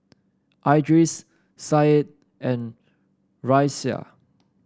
Idris Said and Raisya